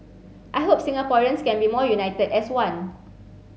I hope Singaporeans can be more united as one